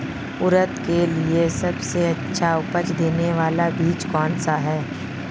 उड़द के लिए सबसे अच्छा उपज देने वाला बीज कौनसा है?